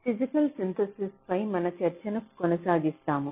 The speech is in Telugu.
ఫిజికల్ సింథసిస్పై మన చర్చను కొనసాగిస్తాము